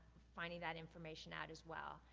finding that information out as well.